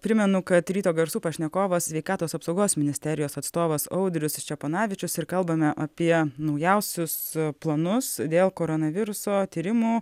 primenu kad ryto garsų pašnekovas sveikatos apsaugos ministerijos atstovas audrius ščeponavičius ir kalbame apie naujausius planus dėl koronaviruso tyrimų